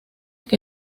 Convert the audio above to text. que